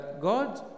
God